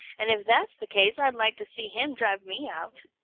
and if that's the case i'd like to see him drive me out!